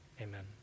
amen